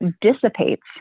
dissipates